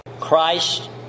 Christ